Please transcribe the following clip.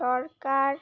সরকার